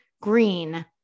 green